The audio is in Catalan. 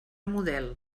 model